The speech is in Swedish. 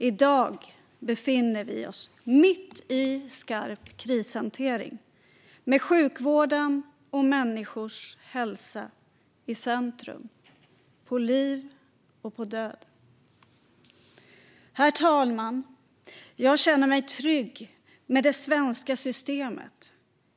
I dag befinner vi oss mitt i skarp krishantering, med sjukvården och människors hälsa i centrum, på liv och död. Herr talman! Jag känner mig trygg med det svenska systemet.